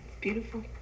Beautiful